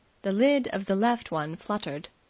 the lid of the left one fluttered.